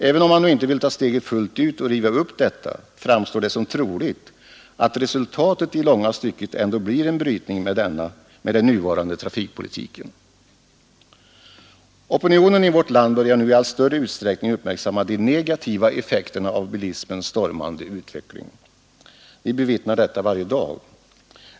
Även om man nu inte vill ta steget fullt ut och riva upp beslutet, framstår det som troligt att resultatet i långa stycken ändå blir en brytning med den nuvarande trafikpolitiken. Opinionen i vårt land börjar nu i allt större utsträckning uppmärksamma de negativa effekterna av bilismens stormande utveckling. Vi bevittnar detta varje dag.